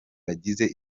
bagize